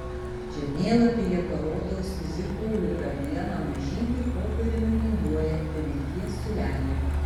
žemėlapyje parodau į sizifo upę vieną mažytį popieriumi vingiuojantį vilties siūlelį